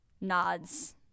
nods